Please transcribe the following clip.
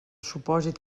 supòsit